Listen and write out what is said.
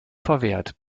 verwehrt